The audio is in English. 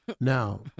Now